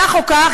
כך או כך,